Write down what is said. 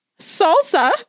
Salsa